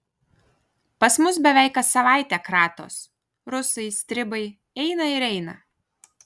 pas mus beveik kas savaitę kratos rusai stribai eina ir eina